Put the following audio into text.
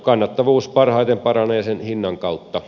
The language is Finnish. kannattavuus parhaiten paranee sen hinnan kautta